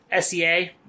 SEA